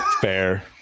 Fair